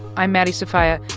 i'm maddie sofia.